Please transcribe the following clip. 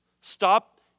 stop